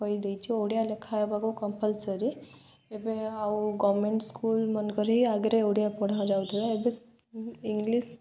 କହିଦେଇଛି ଓଡ଼ିଆ ଲେଖା ହେବାକୁ କମ୍ପଲସରି ଏବେ ଆଉ ଗଭର୍ଣ୍ଣମେଣ୍ଟ ସ୍କୁଲମାନଙ୍କର ହି ଆଗରେ ଓଡ଼ିଆ ପଢ଼ା ଯାଉଥିଲା ଏବେ ଇଂଲିଶ